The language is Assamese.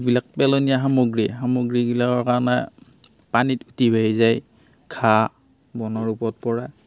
যিবিলাক পেলনীয়া সামগ্ৰী সামগ্ৰীবিলাকৰ কাৰণে পানীত উটি ভাঁহি যায় ঘাঁহ বনৰ ওপৰত পৰে